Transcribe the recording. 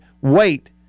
wait